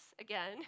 again